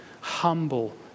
humble